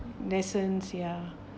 lessons ya